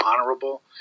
honorable